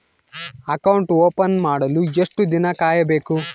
Account open ಮಾಡಲು ಎಷ್ಟು ದಿನ ಕಾಯಬೇಕು?